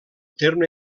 terme